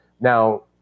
Now